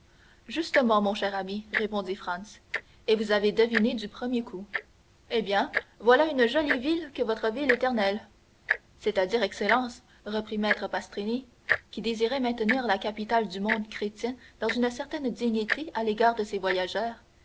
justement mon cher ami répondit franz et vous avez deviné du premier coup eh bien voilà une jolie ville que votre ville éternelle c'est-à-dire excellence reprit maître pastrini qui désirait maintenir la capitale du monde chrétien dans une certaine dignité à l'égard de ses voyageurs